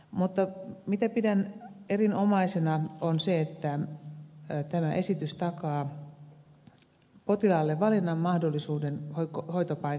mutta mitä pidän erinomaisena on se että tämä esitys takaa potilaalle valinnanmahdollisuuden hoitopaikkaansa